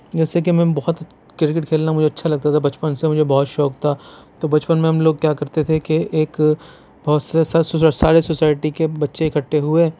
جیسا کہ میم بہت کرکٹ کھیلنا مجھے اچھا لگتا تھا بچپن سے مجھے بہت شوق تھا تو بچپن میں ہم لوگ کیا کرتے تھے کہ ایک بہت سے سارے سوسائٹی کے بچے اِکھٹے ہوئے